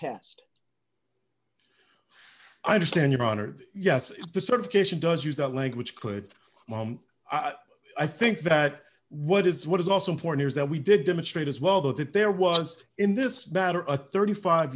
test i understand your honor the yes the certification does use that language could i think that what is what is also important is that we did demonstrate as well that there was in this matter a thirty five